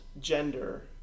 gender